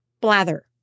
blather